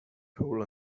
pool